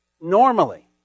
normally